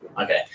Okay